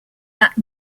that